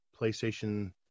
PlayStation